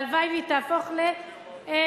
והלוואי שהיא תהפוך לתקנה,